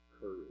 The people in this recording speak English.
courage